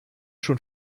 schon